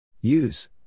Use